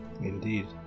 Indeed